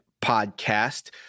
podcast